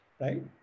right